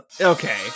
Okay